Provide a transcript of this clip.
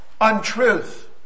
untruth